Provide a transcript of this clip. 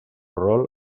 rol